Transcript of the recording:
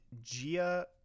Gia